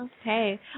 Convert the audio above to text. Okay